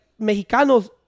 Mexicanos